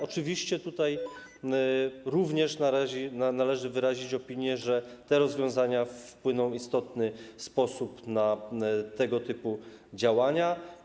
Oczywiście tutaj również należy wyrazić opinię, że te rozwiązania wpłyną w istotny sposób na tego typu działania.